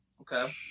Okay